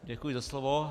Děkuji za slovo.